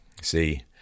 See